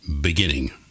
Beginning